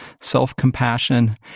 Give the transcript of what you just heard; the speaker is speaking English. self-compassion